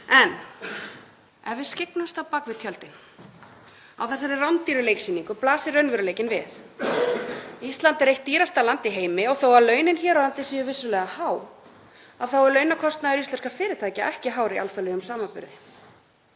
En ef við skyggnumst á bak við tjöldin á þessari rándýru leiksýningu blasir raunveruleikinn við. Ísland er eitt dýrasta land í heimi og þó að launin hér á landi séu vissulega há er launakostnaður íslenskra fyrirtækja ekki hár í alþjóðlegum samanburði.